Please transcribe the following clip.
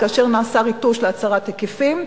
כאשר נעשה ריטוש להצרת היקפים,